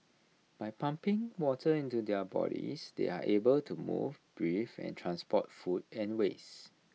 by pumping water into their bodies they are able to move breathe and transport food and waste